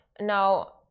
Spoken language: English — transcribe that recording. now